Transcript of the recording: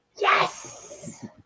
Yes